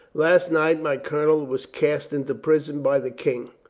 last night my colonel was cast into prison by the king.